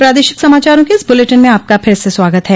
प्रादेशिक समाचारों के इस बुलेटिन में आपका फिर से स्वागत है